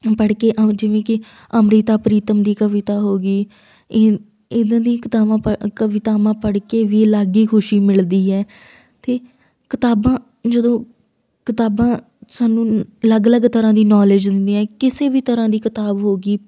ਪੜ੍ਹ ਕੇ ਇਉਂ ਜਿਵੇਂ ਕਿ ਅੰਮ੍ਰਿਤਾ ਪ੍ਰੀਤਮ ਦੀ ਕਵਿਤਾ ਹੋ ਗਈ ਇਹ ਇੱਦਾਂ ਦੀ ਕਿਤਾਬਾਂ ਪ ਅ ਕਵਿਤਾਵਾਂ ਪੜ੍ਹ ਕੇ ਵੀ ਅਲੱਗ ਹੀ ਖੁਸ਼ੀ ਮਿਲਦੀ ਹੈ ਅਤੇ ਕਿਤਾਬਾਂ ਜਦੋਂ ਕਿਤਾਬਾਂ ਸਾਨੂੰ ਅਲੱਗ ਅਲੱਗ ਤਰ੍ਹਾਂ ਦੀ ਨੌਲੇਜ ਦਿੰਦੀਆਂ ਕਿਸੇ ਵੀ ਤਰ੍ਹਾਂ ਦੀ ਕਿਤਾਬ ਹੋ ਗਈ